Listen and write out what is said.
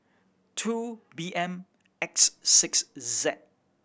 two B M X six Z